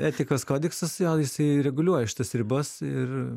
etikos kodeksas jo jisai reguliuoja šitas ribas ir